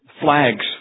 flags